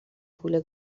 پول